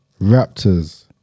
Raptors